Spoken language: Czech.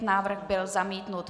Návrh byl zamítnut.